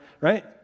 right